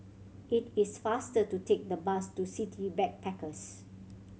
it is faster to take the bus to City Backpackers